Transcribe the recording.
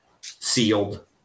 sealed